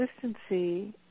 consistency